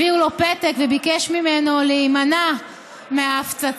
הביאו לו פתק וביקש ממנו להימנע מההפצצה,